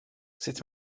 sut